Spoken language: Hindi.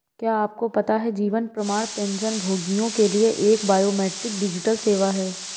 क्या आपको पता है जीवन प्रमाण पेंशनभोगियों के लिए एक बायोमेट्रिक डिजिटल सेवा है?